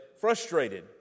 frustrated